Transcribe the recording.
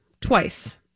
Twice